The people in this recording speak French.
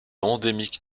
endémique